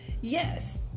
Yes